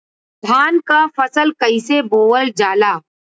धान क फसल कईसे बोवल जाला?